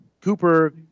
Cooper